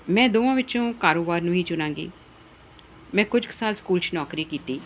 ਮੈਂ ਦੋਵਾਂ ਵਿੱਚੋਂ ਕਾਰੋਬਾਰ ਨੂੰ ਹੀ ਚੁਣਾਂਗੀ ਮੈਂ ਕੁਝ ਕੁ ਸਾਲ ਸਕੂਲ 'ਚ ਨੌਕਰੀ ਕੀਤੀ